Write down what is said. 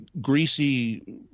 greasy